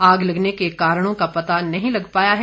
आग लगने के कारणों का पता नहीं लग पाया है